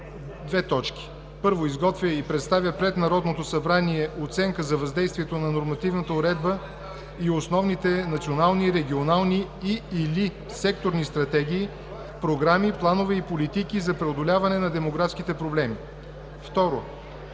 съвет: 1. Изготвя и представя пред Народното събрание оценка за въздействието на нормативната уредба и основните национални, регионални и/или секторни стратегии, програми, планове и политики за преодоляване на демографските проблеми. 2.